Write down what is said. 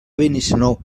benissanó